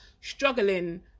struggling